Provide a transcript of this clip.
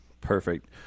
Perfect